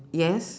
yes